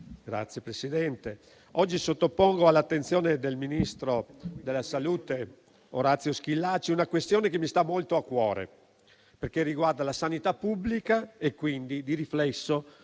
Signor Presidente, oggi sottopongo all'attenzione del ministro della salute Orazio Schillaci una questione che mi sta molto a cuore, perché riguarda la sanità pubblica e quindi, di riflesso,